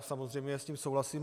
Samozřejmě s tím souhlasím.